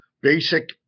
Basic